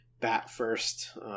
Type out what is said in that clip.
bat-first